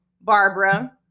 Barbara